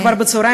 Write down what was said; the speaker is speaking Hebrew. כבר בצהריים,